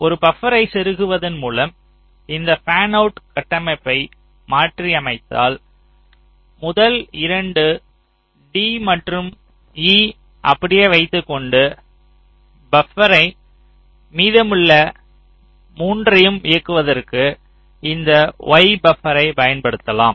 ஒரு பபரை செருகுவதன் மூலம் இந்த பேன்அவுட் கட்டமைப்பை மாற்றியமைத்தால் முதல் இரண்டு d மற்றும் e அப்படியே வைத்துக்கொண்டு மீதமுள்ள மூன்றையும் இயக்குவதற்கு இந்த y பபரை பயன்படுத்தலாம்